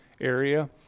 area